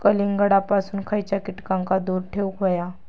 कलिंगडापासून खयच्या कीटकांका दूर ठेवूक व्हया?